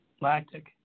lactic